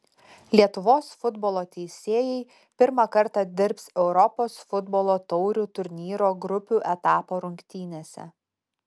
lietuvos futbolo teisėjai pirmą kartą dirbs europos futbolo taurių turnyro grupių etapo rungtynėse